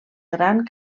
gran